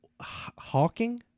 Hawking